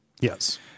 yes